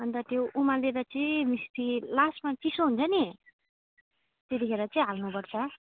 अन्त त्यो उमालेर चाहिँ मिस्टी लास्टमा चिसो हुन्छ नि त्यतिखेर चाहिँ हाल्नुपर्छ